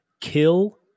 Kill